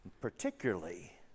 particularly